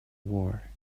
war